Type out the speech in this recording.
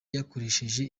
yakoresheje